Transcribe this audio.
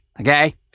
okay